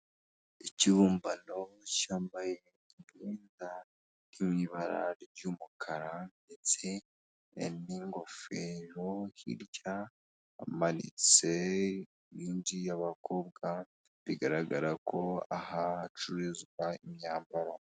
Ikibumbano cyambaye imyenda y'ibara ry'umukara ndetse n'ingofero hirya hamanitse indi y'abakobwa bigaragara ko aha hacuruzwa imyambaro.